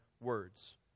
words